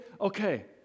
Okay